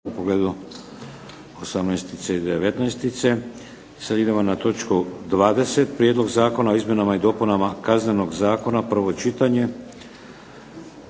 u pogledu 18.c i 19.c. Sada idemo na točku 20 - Prijedlog zakona o izmjenama i dopunama Kaznenog zakona, prvo čitanje